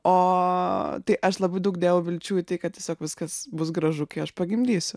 o tai aš labai daug dėjau vilčių kad tiesiog viskas bus gražu kai aš pagimdysiu